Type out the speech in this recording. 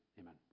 Amen